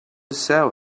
sell